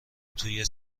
توی